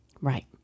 Right